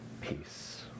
peace